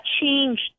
changed